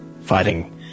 fighting